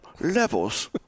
levels